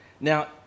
Now